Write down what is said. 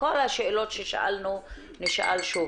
כל השאלות ששאלנו נשאל שוב.